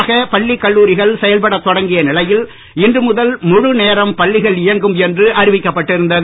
பின்னர் படிப்படியாக பள்ளி கல்லூரிகள் செயல்பட தொடங்கிய நிலையில் இன்று முதல் முழு நேரம் பள்ளிகள் இயங்கும் என்று அறிவிக்கப்பட்டிருந்தது